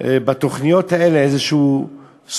נותנים בתוכניות האלה איזו סוכרייה,